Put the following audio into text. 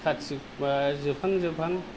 कार्तिक बा जोबहां जोबहां